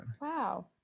Wow